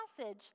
passage